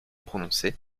prononcées